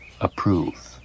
approve